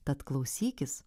tad klausykis